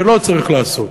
שלא צריך לעשות,